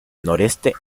noroeste